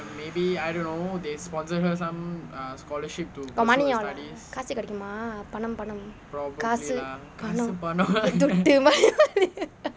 got money all காசு கிடைக்குமா பணம் பணம் காசு பணம் துட்டு:kaasu kidaikkumaa panam panam kaasu panam thuttu money money